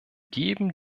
geben